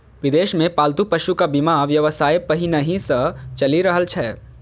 विदेश मे पालतू पशुक बीमा व्यवसाय पहिनहि सं चलि रहल छै